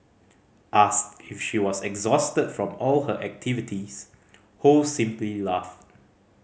asked if she was exhausted from all her activities Ho simply laughed